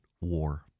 war